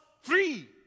free